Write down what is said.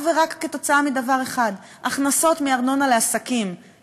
ורק כתוצאה מדבר אחד: הכנסות מארנונה לעסקים,